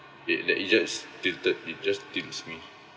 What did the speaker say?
the~ the~ it just tilted me just tilts me